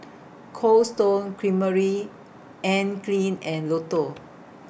Cold Stone Creamery Anne Klein and Lotto